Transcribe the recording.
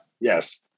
Yes